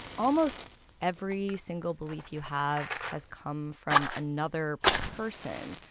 almost every single belief you have has come from another person.